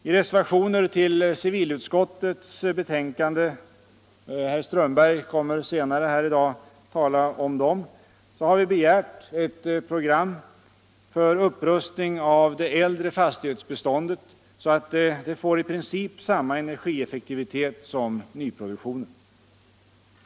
I reservationer till civilutskottets betänkande — herr Strömberg i Botkyrka kommer senare att tala för dessa — har vi begärt ett program för upprustning av det äldre fastighetsbeståndet så att det får i princip samma energieffektivitet som nyproduktionen.